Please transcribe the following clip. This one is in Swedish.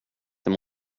det